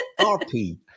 rp